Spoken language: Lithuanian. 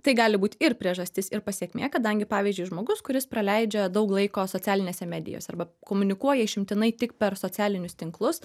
tai gali būti ir priežastis ir pasekmė kadangi pavyzdžiui žmogus kuris praleidžia daug laiko socialinėse medijose arba komunikuoja išimtinai tik per socialinius tinklus